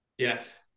Yes